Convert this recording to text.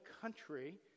country